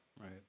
Right